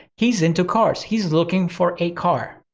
he's into cars. he's looking for a car.